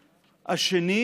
האחר,